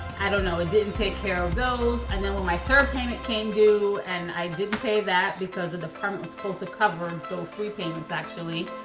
i don't know, it didn't take care of those. and then when my third payment came due, and i didn't pay that, because the deferment was supposed to cover and those three payments, actually,